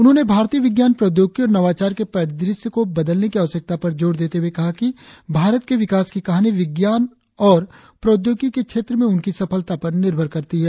उन्होंने भारतीय विज्ञान प्रौद्योगिकी और नवाचार के परिदृश्य को बदलने की आवश्यकता पर जोर देते हुए कहा कि भारत के विकास की कहानी विज्ञान और प्रौद्योगिकी के क्षेत्र में उसकी सफलता पर निर्भर करती है